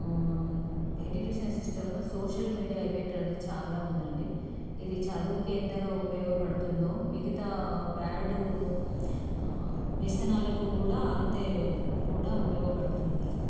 educational సిస్టంలో social media effect అనేది చాలా ఉందండి ఇది చదువుకి ఎంతగా ఉపయోగపడుతుందో మిగతా బ్యాడ్ వ్యసనాలకు కూడా అంతే కూడా ఉపయోగపడుతుంది